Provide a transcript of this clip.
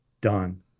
done